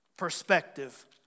perspective